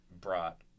brought